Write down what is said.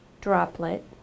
droplet